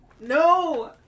No